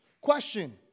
Question